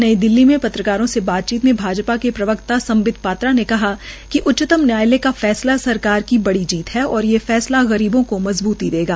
नई दिल्ली में पत्रकारों से बातचीत में भाजपा के प्रवक्ता सम्बित पात्रा ने कहा कि उच्चतम न्यायालय का फैसला सरकार की बड़ी जीत है और ये फैसला गरीबों को मज़बूती देगा